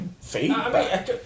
feedback